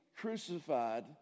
crucified